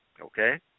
okay